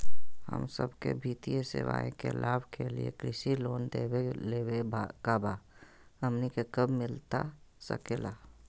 हम सबके वित्तीय सेवाएं के लाभ के लिए कृषि लोन देवे लेवे का बा, हमनी के कब मिलता सके ला?